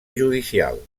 judicial